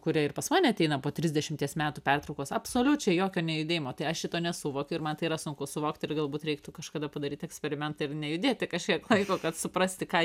kurie ir pas mane ateina po trisdešimties metų pertraukos absoliučiai jokio nejudėjimo tai aš šito nesuvokiu ir man tai yra sunku suvokt ir galbūt reiktų kažkada padaryt eksperimentą ir nejudėti kažkiek laiko kad suprasti ką